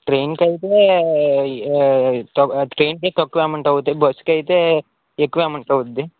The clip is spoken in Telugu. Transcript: ట్రైన్కైతే ట్రైన్కైతే తక్కువే అమౌంట్ అవుతాయి బస్కైతే ఎక్కువే అమౌంట్ అవ్వుద్ది